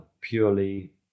purely